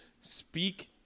speak